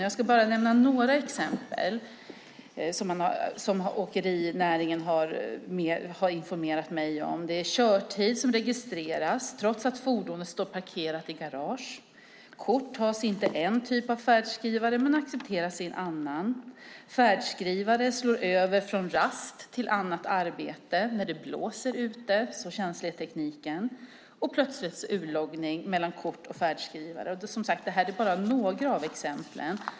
Jag ska ge bara några exempel på sådant som man från åkerinäringen har informerat mig om: Körtid registreras trots att fordonet står parkerat i garage. Kort tas inte i en typ av färdskrivare men accepteras i en annan. Färdskrivare slår över från "rast" till "annat arbete" när det blåser; så känslig är tekniken. Plötslig utloggning sker mellan kort och färdskrivare. Detta är, som sagt, bara några exempel.